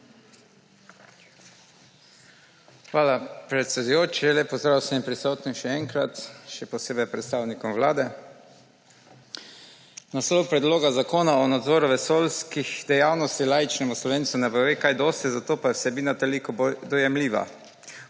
Hvala, predsedujoči. Lep pozdrav vsem prisotnim še enkrat, še posebej predstavnikom Vlade! Naslov Predloga zakona o nadzoru vesoljskih dejavnosti laičnemu Slovencu ne pove kaj dosti, zato je vsebina toliko bolj dojemljiva.